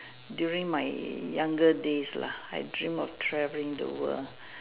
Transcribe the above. during my younger days lah I dream of traveling the world